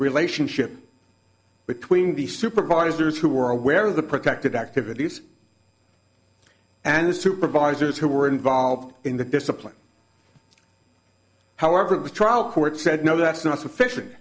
relationship between the supervisors who were aware of the protected activities and the supervisors who were involved in the discipline however the trial court said no that's not sufficient